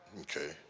Okay